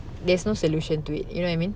there's no solution to it you know what I mean